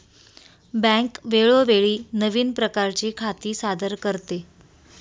bank वेळोवेळी नवीन प्रकारची खाती सादर करते